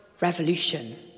revolution